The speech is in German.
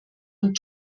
und